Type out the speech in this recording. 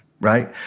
right